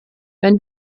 wenn